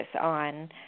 on